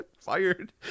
fired